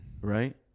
right